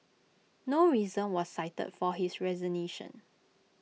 no reason was cited for his resignation